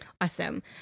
Awesome